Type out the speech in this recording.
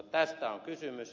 tästä on kysymys